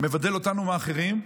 שמבדל אותנו מהאחרים,